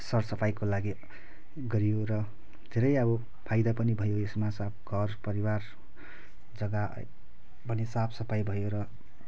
सरसफाईको लागि गरियो र धेरै अब फायदा पनि भयो यसमा साफ घर परिवार जग्गा पनि साफसफाई भयो र